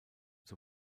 zur